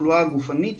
התחלואה הגופנית,